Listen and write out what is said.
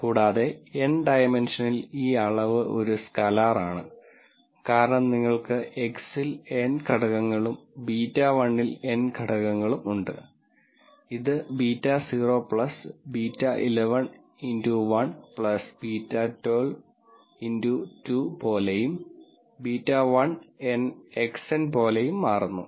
കൂടാതെ n ഡയമെൻഷനിൽ ഈ അളവ് ഒരു സ്കലാർ ആണ് കാരണം നിങ്ങൾക്ക് X ൽ n ഘടകങ്ങളും β1 ൽ n ഘടകങ്ങളും ഉണ്ട് ഇത് β0 β11 x1 β12 x2 പോലെയും β1n xn പോലെയും മാറുന്നു